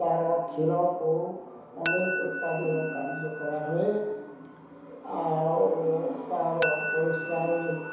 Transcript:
ତା'ର କ୍ଷୀରକୁ ଅନେକ ଉତ୍ପାଦ ଓ କାର୍ଯ୍ୟ କରାହୁଏ ଆଉ ତା'ର ପରିଶ୍ରାମି